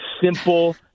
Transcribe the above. Simple